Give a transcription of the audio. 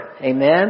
Amen